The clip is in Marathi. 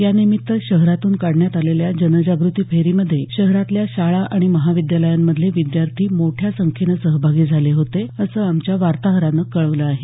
यानिमित्त शहरातून काढण्यात आलेल्या जनजागृती फेरीमध्ये शहरातल्या शाळा आणि महाविद्यालयांमधले विद्यार्थी मोठ्या संख्येनं सहभागी झाले होते असं आमच्या वार्ताहरानं कळवलं आहे